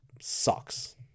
sucks